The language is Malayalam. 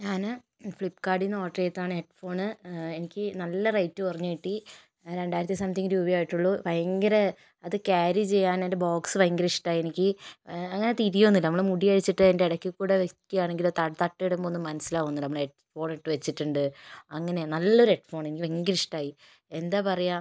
ഞാൻ ഫ്ലിപ്കാർട്ടിൽ നിന്ന് ഓർഡർ ചെയ്തതാണ് ഹെഡ് ഫോൺ എനിക്ക് നല്ല റേറ്റ് കുറഞ്ഞു കിട്ടി രണ്ടായിരത്തി സംതിങ് രൂപ ആയിട്ടുള്ളൂ ഭയങ്കര അത് ക്യാരി ചെയ്യാൻ അതിൻ്റെ ബോക്സ് ഭയങ്കര ഇഷ്ടമായി എനിക്ക് അങ്ങനെ തിരിയുകയൊന്നുമില്ല നമ്മൾ മുടി അഴിച്ചിട്ട് അതിൻ്റെ ഇടക്ക് കൂടി വെക്കുകയാണെങ്കിൽ ത തട്ടം ഇടുമ്പോൾ ഒന്നും മനസ്സിലാവുകയൊന്നുമില്ല നമ്മൾ ഹെഡ് ഫോൺ എടുത്തുവെച്ചിട്ടുണ്ട് അങ്ങനെ നല്ലൊരു ഹെഡ് ഫോൺ എനിക്ക് ഭയങ്കര ഇഷ്ടമായി എന്താ പറയുക